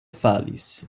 falis